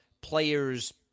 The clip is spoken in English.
players